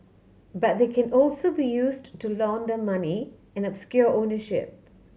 but they can also be used to launder money and obscure ownership